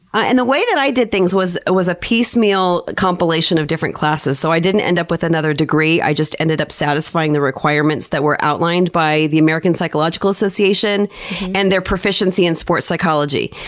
and the way that i did things was was a piecemeal compilation of different classes, so i didn't end up with another degree, i just ended up satisfying the requirements that were outlined by the american psychological association and their proficiency in sports psychology.